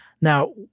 Now